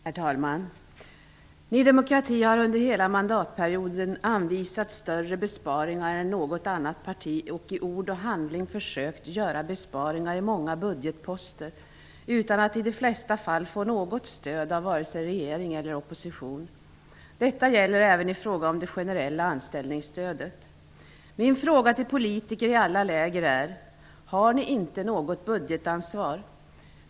Herr talman! Ny demokrati har under hela mandatperioden anvisat större besparingar än något annat parti och i ord och handling försökt att göra besparingar i många budgetposter, i de flesta fall utan att få något stöd av vare sig regering eller opposition. Detta gäller även beträffande det generella anställningsstödet. Min fråga till politiker i alla läger är: Har ni inte något budgetansvar?